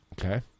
Okay